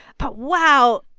but wow,